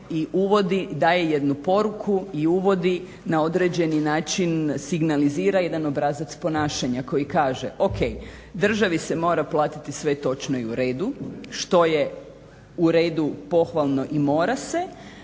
i uvodi daje jednu poruku i uvodi na određeni način signalizira jedan obrazac ponašanja koji kaže, o.k. državi se mora platiti sve točno i uredu što je uredu, pohvalno i mora se,